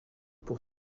pour